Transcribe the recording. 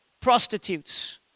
prostitutes